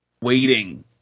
waiting